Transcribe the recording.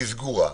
שהיא סגורה,